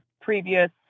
previous